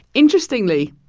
interestingly,